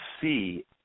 see